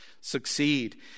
succeed